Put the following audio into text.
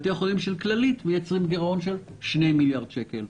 בתי החולים של כללית מייצרים גירעון של 2 מיליארד שקל.